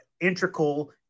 integral